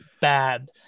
bad